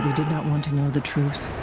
did not want to know the truth.